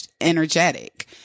energetic